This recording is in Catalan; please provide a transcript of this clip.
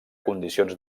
condicions